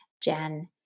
Jen